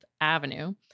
Avenue